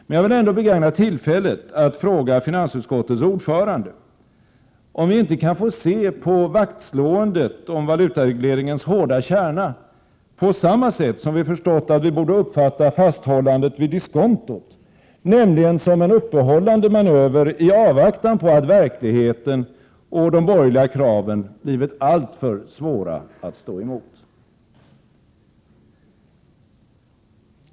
Men jag vill ändå begagna tillfället att fråga finansutskottets ordförande om vi inte kan få se på vaktslåendet om valutaregleringens hårda kärna på samma sätt som vi förstått att vi borde uppfatta fasthållandet vid diskontot, nämligen som en uppehållande manöver i avvaktan på att verkligheten och de borgerliga kraven blivit alltför svåra att stå emot?